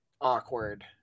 awkward